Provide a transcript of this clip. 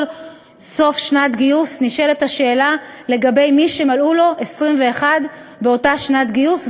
סוף שנת גיוס נשאלת השאלה לגבי מי שמלאו לו 21 באותה שנת גיוס,